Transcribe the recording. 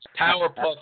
Powerpuff